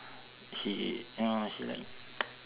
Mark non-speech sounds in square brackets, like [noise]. she you know she like [noise]